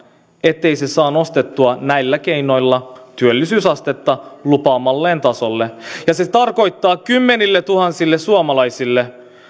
ettei se saa nostettua näillä keinoilla työllisyysastetta lupaamalleen tasolle se se tarkoittaa kymmenilletuhansille suomalaisille